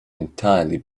entirely